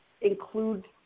include